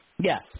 Yes